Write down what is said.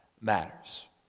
matters